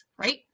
right